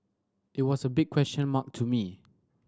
it was a big question mark to me